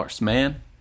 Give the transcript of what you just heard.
man